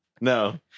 No